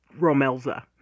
Romelza